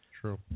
True